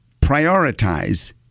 prioritize